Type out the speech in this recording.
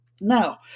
Now